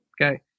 Okay